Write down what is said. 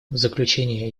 заключение